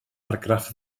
argraff